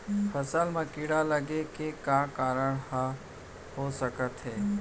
फसल म कीड़ा लगे के का का कारण ह हो सकथे?